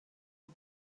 man